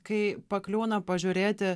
kai pakliūna pažiūrėti